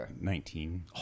Nineteen